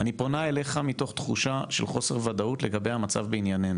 אני פונה אליך מתוך תחושה של חוסר וודאות לגבי המצב בעניינינו.